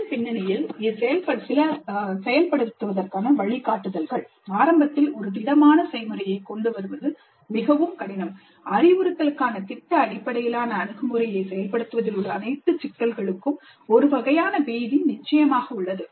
இதன் பின்னணியில் சில செயல்படுத்துவதற்கான வழிகாட்டுதல்கள் ஆரம்பத்தில் ஒரு திடமான செய்முறையை கொண்டு வருவது மிகவும் கடினம் அறிவுறுத்தலுக்கான திட்ட அடிப்படையிலான அணுகுமுறையை செயல்படுத்துவதில் உள்ள அனைத்து சிக்கல்களுக்கும் ஒரு வகையான பீதி நிச்சயமாக உள்ளது